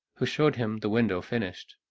who showed him the window finished.